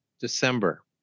December